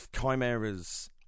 Chimera's